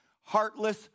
heartless